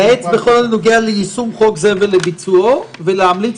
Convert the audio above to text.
לייעץ בכל הנוגע ליישום חוק זה ולביצועו ולהמליץ